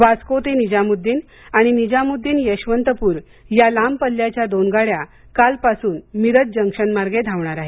वास्को ते निजामुद्दीन आणि निजामुद्दीन यशवंतपुर या लांब पल्ल्याच्या दोन गाड्या कालपासून मिरज जंक्शनमार्गे धावणार आहेत